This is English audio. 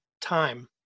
Time